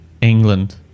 England